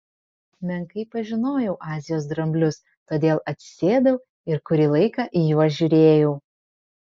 menkai pažinojau azijos dramblius todėl atsisėdau ir kurį laiką į juos žiūrėjau